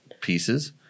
pieces